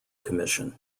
commission